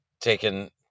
taken